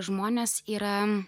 žmonės yra